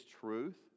truth